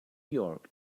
york